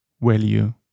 value